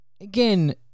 again